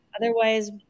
Otherwise